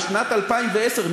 בשנת 2010,